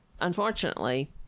unfortunately